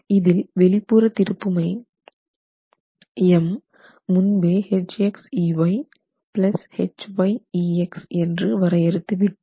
இதில் வெளிப்புற திருப்புமை M முன்பே Hxey Hyex என்று வரையறுத்து விட்டோம்